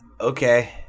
Okay